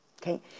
Okay